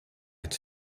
het